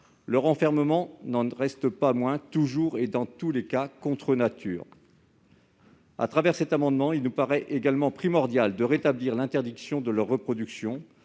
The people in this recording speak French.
leur enfermement n'en reste pas moins, toujours et dans tous les cas, contre-nature. À travers cet amendement, il nous paraît également primordial de rétablir l'interdiction de leur reproduction,